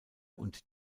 und